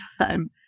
time